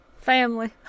Family